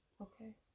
Okay